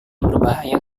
berbahaya